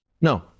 no